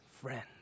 friend